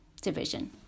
division